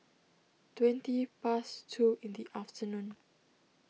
twenty past two in the afternoon